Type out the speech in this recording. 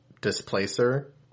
displacer